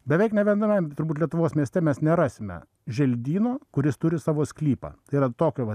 beveik nė viename turbūt lietuvos mieste mes nerasime želdyno kuris turi savo sklypą tai yra tokio va